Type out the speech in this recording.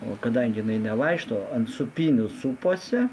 o kadangi jinai nevaikšto ant sūpynių suposi